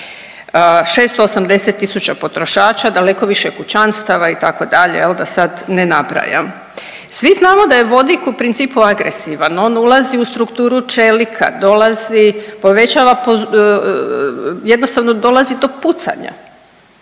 680.000 potrošača, daleko više kućanstava itd. da sad ne nabrajam. Svi znamo da je vodik u principu agresivan, ulazi u strukturu čelika, dolazi povećava jednostavno dolazi do pucanja.